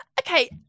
okay